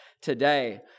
today